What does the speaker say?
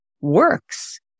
works